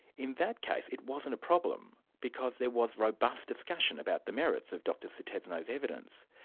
in that case it wasn't a problem, because there was robust discussion about the merits of dr sutisno's evidence.